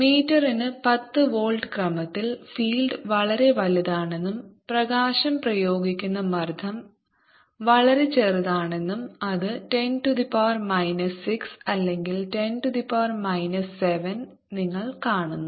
മീറ്ററിന് 10 വോൾട്ട് ക്രമത്തിൽ ഫീൽഡ് വളരെ വലുതാണെന്നും പ്രകാശം പ്രയോഗിക്കുന്ന മർദ്ദം വളരെ ചെറുതാണെന്നും അത് 10 6 അല്ലെങ്കിൽ 10 7 നിങ്ങൾ കാണുന്നു